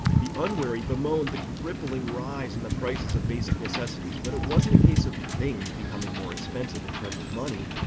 the unwary bemoaned the crippling rise and in prices of basic necessities, but it wasn't a case of things becoming more expensive in terms of money,